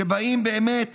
שבאים באמת